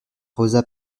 rosa